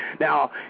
Now